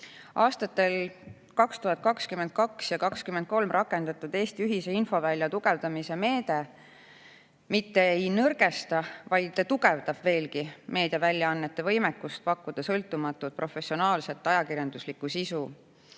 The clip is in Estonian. Aastatel 2022 ja 2023 rakendatud Eesti ühise infovälja tugevdamise meede mitte ei nõrgesta, vaid tugevdab veelgi meediaväljaannete võimekust pakkuda sõltumatut professionaalset ajakirjanduslikku sisu.